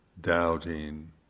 doubting